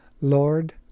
lord